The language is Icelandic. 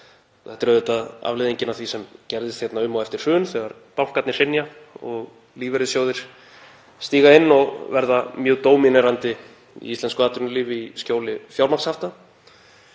Það er auðvitað afleiðingin af því sem gerðist hér um og eftir hrun þegar bankarnir hrynja og lífeyrissjóðir stíga inn og verða mjög dóminerandi í íslensku atvinnulífi í skjóli fjármagnshafta.